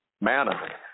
manna